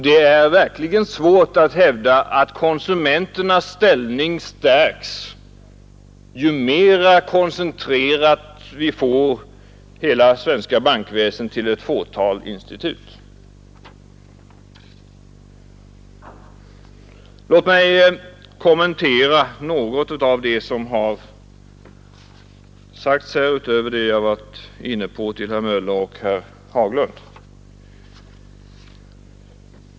Det är verkligen svårt att hävda att konsumenternas ställning stärks ju mera hela svenska bankväsendet koncentreras till ett fåtal institut. Låt mig kommentera en del ytterligare problem som berörts här och i den allmänna debatten.